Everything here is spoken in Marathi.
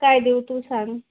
काय देऊ तू सांग